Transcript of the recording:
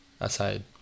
aside